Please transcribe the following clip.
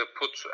put